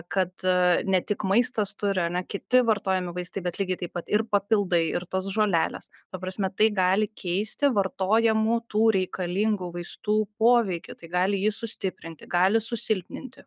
kad ne tik maistas turi ar ne kiti vartojami vaistai bet lygiai taip pat ir papildai ir tos žolelės ta prasme tai gali keisti vartojamų tų reikalingų vaistų poveikį tai gali jį sustiprinti gali susilpninti